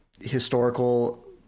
historical